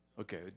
Okay